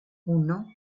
uno